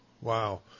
Wow